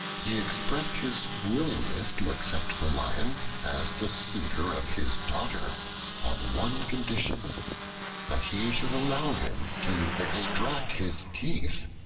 he expressed his willingness to accept the lion as the suitor of his daughter on one condition that he should allow him to extract his teeth,